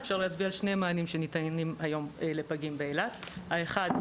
אפשר להצביע על שני מענים שניתנים היום לפגים באילת: האחד,